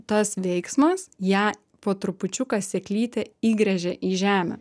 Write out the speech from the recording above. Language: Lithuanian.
tas veiksmas ją po trupučiuką sėklytę įgręžia į žemę